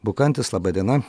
bukantis laba diena